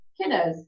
kiddos